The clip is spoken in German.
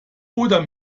oder